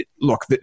look